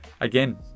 Again